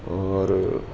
اور